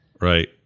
Right